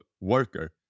worker